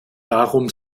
darum